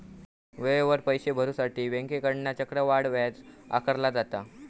वेळेवर पैशे भरुसाठी बँकेकडना चक्रवाढ व्याज आकारला जाता